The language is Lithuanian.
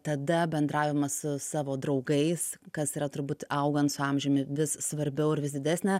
tada bendravimas su savo draugais kas yra turbūt augant su amžiumi vis svarbiau ir vis didesnę